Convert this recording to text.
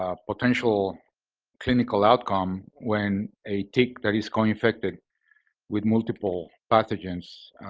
ah potential clinical outcome when a tick that has got infected with multiple pathogens